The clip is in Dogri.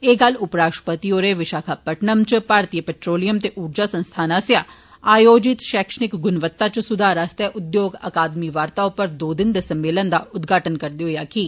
एह गल्ल उप राष्ट्रपति होरें विशाखापटनम इच भारतीय पैट्रोलियम ते ऊर्जा संस्थान आस्सेया आयोजित शैक्षणिक गुणवता इच सुधार आस्तै उद्योग अकादमी वार्ता उप्पर दो दिन दे सम्मेलन दा उद्घाटन करदे होई आक्खी